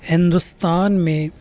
ہندوستان میں